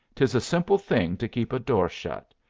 tis a simple thing to keep a door shut.